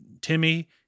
Timmy